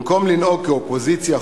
במקום לנהוג כאופוזיציה חושבת,